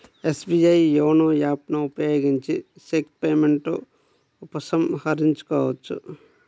SBI YONO app ను ఉపయోగించిన cheque payment ఉపసంహరించుకోవచ్చు